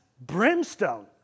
brimstone